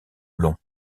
long